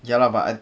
ya lah but